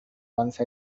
once